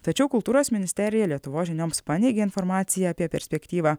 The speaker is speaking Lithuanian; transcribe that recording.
tačiau kultūros ministerija lietuvos žinioms paneigė informaciją apie perspektyvą